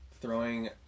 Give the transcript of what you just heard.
throwing